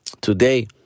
today